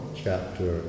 chapter